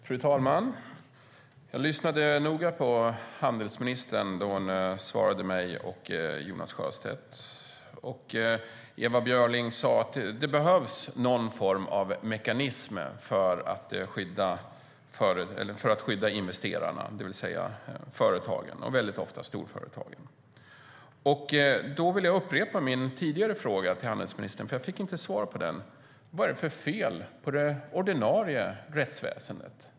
Fru talman! Jag lyssnade noga på handelsministern när hon svarade mig och Jonas Sjöstedt. Ewa Björling sade att det behövs någon form av mekanism för att skydda investerarna, det vill säga företagen - ofta storföretagen. Då vill jag upprepa min tidigare fråga till handelsministern, för jag fick inte svar på den. Vad är det för fel på det ordinarie rättsväsendet?